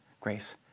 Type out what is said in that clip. grace